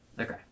Okay